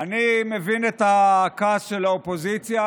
אני מבין את הכעס של האופוזיציה,